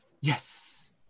Yes